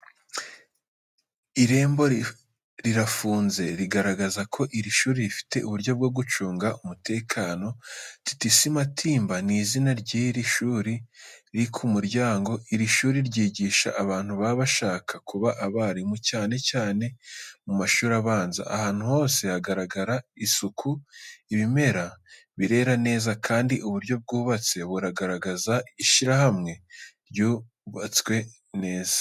Irembo rirafunze, rigaragaza ko iri shuri rifite uburyo bwo gucunga umutekano. T.T.C MATIMBA ni izina ry’iri shuri riri ku muryango. Iri shuri ryigisha abantu baba bashaka kuba abarimu cyane cyane mu mashuri abanza. Ahantu hose hagaragara isuku, ibimera birera neza kandi uburyo bwubatse buragaragaza ishyirahamwe ryubatswe neza.